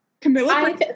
Camilla